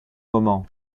moments